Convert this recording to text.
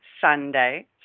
Sunday